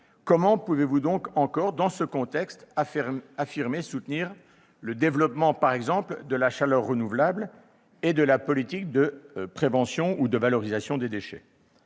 Comment pouvez-vous, dans ce contexte, affirmer soutenir le développement de la chaleur renouvelable et de la politique de prévention et de valorisation des déchets ?